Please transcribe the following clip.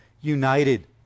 united